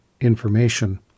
information